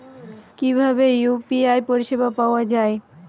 কিভাবে ইউ.পি.আই পরিসেবা পাওয়া য়ায়?